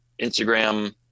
instagram